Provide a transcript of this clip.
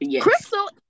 Crystal